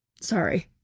Sorry